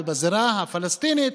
ובזירה הפלסטינית,